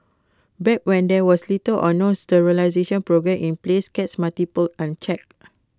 back when there was little or no sterilisation programme in place cats multiplied unchecked